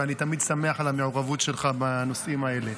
אני תמיד שמח על המעורבות שלך בנושאים האלה.